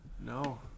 No